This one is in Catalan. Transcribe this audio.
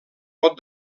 pot